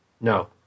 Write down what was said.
No